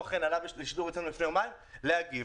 אכן עלה לשידור אצלנו לפני יומיים כדי להגיב.